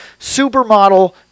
supermodel